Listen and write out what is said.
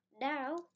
now